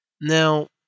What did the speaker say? Now